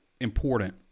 important